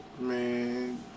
Man